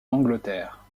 l’angleterre